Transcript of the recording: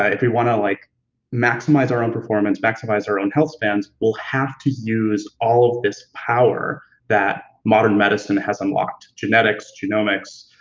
ah if we want to like maximize our own performance, maximize our own health spans, we'll have to use all of this power that modern medicine has unlocked genetics, genomics,